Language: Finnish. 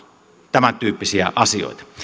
tämän tyyppisiä asioita